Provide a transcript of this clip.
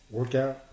Workout